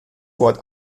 wort